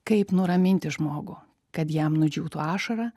kaip nuraminti žmogų kad jam nudžiūtų ašara